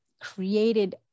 created